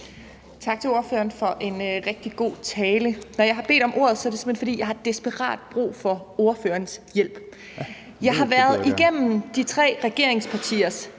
Tak til ordføreren for en rigtig god tale. Når jeg har bedt om ordet, er det simpelt hen, fordi jeg har desperat brug for ordførerens hjælp. Jeg har været igennem de tre regeringspartiers